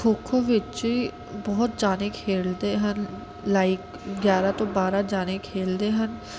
ਖੋ ਖੋ ਵਿੱਚ ਬਹੁਤ ਜਾਣੇ ਖੇਡਦੇ ਹਨ ਲਾਈਕ ਗਿਆਰਾਂ ਤੋਂ ਬਾਰਾਂ ਜਾਣੇ ਖੇਡਦੇ ਹਨ